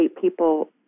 people